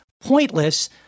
pointless